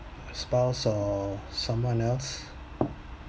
spouse or someone else